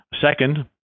Second